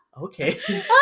Okay